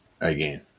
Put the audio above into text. again